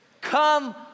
Come